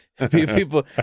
people